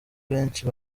benshi